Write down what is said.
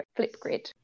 Flipgrid